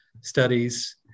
studies